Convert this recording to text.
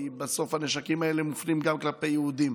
כי בסוף הנשקים האלה מופנים גם כלפי יהודים,